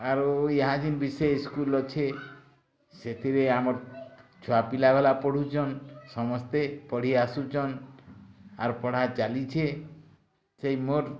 ଆରୁ ୟାହା ଯିନ୍ ବିଶେଷ୍ ସ୍କୁଲ୍ ଅଛେ ସେଥିରେ ଆମର୍ ଛୁଆପିଲା ବାଲା ପଢ଼ୁଛନ୍ ସମସ୍ତେ ପଢ଼ି ଆସୁଛନ୍ ଆର୍ ପଢ଼ା ଚାଲିଛେଁ ସେଇ ମୋର୍